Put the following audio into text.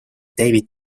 david